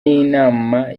y’inama